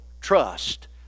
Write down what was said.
trust